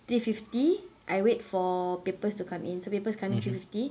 three fifty I wait for papers to come in so papers come in three fifty